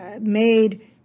Made